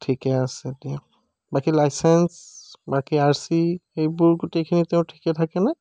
ঠিকে আছে দিয়া বাকী লাইচেঞ্চ বাকী আৰ চি এইবোৰ গোটেইখিনি তেওঁৰ ঠিকেই থাকে নে